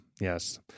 yes